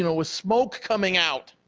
you know with smoke coming out.